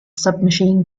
submachine